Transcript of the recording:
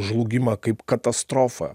žlugimą kaip katastrofą